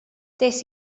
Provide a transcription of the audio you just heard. des